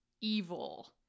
evil